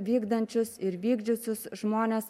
vykdančius ir vykdžiusius žmones